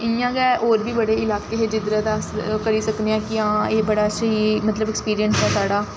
इ'यां गै होर बी बड़े इलाके हे जिद्धरा दा अस करी सकने आं कि हां एह् बड़ा स्हेई मतलब अस्कपिरिंस ऐ साढ़ा